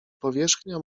powierzchnia